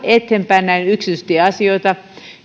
eteenpäin näitä yksityistieasioita